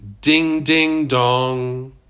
ding-ding-dong